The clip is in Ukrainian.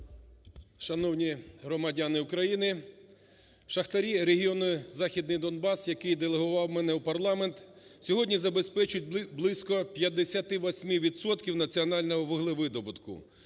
Шановні громадяни України! Шахтарі регіону "Західний Донбас", який делегував мене в парламент, сьогодні забезпечує близько 58 відсотків національного вуглевидобутку,